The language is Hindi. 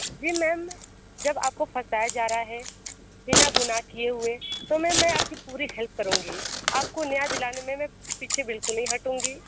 जी मैम जब आपको फंसाया जा रहा है बिना गुनाह किए हुए तो मैम मैं आपकी पूरी हेल्प करूँगी आपको न्याय दिलाने में मैं पीछे बिल्कुल नहीं हटूंगी